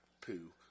poo